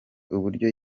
uburyo